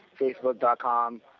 facebook.com